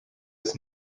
its